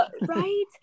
Right